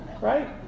right